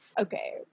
Okay